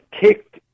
kicked